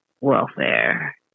welfare